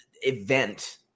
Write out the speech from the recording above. event